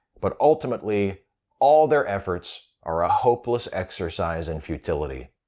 but ultimately all their efforts are a hopeless exercise in futility.